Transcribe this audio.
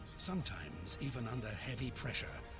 sometimes even under heavy pressure,